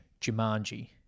Jumanji